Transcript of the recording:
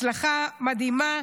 הצלחה מדהימה,